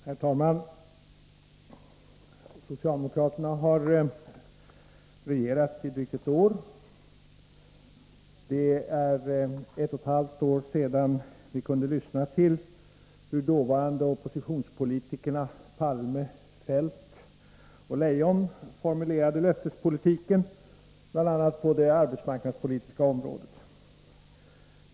Herr talman! Socialdemokraterna har regerat i drygt ett år. Det är ett och ett halvt år sedan vi kunde lyssna till hur dåvarande oppositionspolitikerna Palme, Feldt och Leijon formulerade löftespolitiken, bl.a. på det arbetsmarknadspolitiska området.